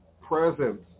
presence